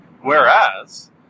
Whereas